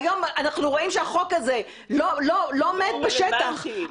והיום אנחנו רואים שהחוק הזה לא עומד בשטח,